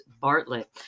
Bartlett